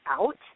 out